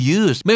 use